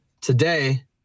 Today